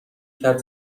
کرد